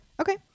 Okay